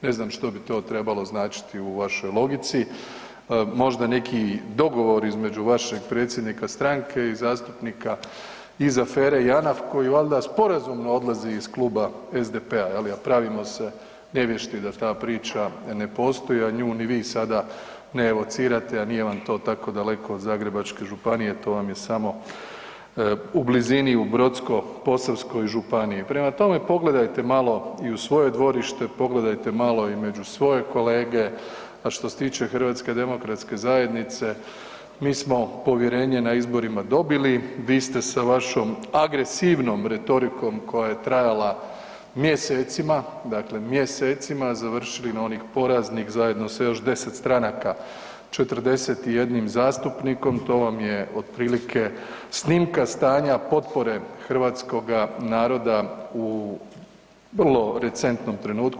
Ne znam što bi to trebalo značiti u vašoj logici, možda neki dogovor između vašeg predsjednika stranke i zastupnika iz afere Janaf koji valjda sporazumno odlazi iz Kluba SDP-a je li, a pravimo se nevješti da ta priča ne postoji, a nju ni vi sada ne evocirate, a nije vam to tako daleko od Zagrebačke županije, to vam je samo u blizini i u Brodsko-posavskoj županiji, prema tom pogledajte malo i u svoje dvorište, pogledajte malo i među svoje kolege, a što se tiče HDZ-a mi smo povjerenje na izborima dobili, vi ste sa vašom agresivnom retorikom koja je trajala mjesecima, dakle mjesecima završili na onih poraznih zajedno sa još 10 stranaka 41 zastupnikom, to vam je otprilike snimka stanja potpore hrvatskoga narod u vrlo recentnom trenutku.